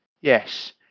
yes